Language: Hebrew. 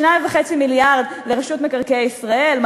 2.5 מיליארד לרשות מקרקעי ישראל,